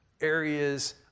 areas